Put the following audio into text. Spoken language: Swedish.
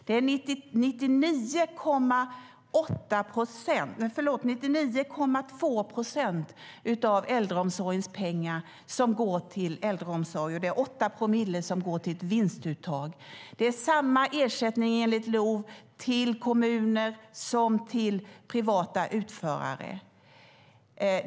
Det är 99,2 procent av äldreomsorgens pengar som går till äldreomsorg, och det är 8 promille som går till vinstuttag. Det är samma ersättning enligt LOV till kommuner som till privata utförare.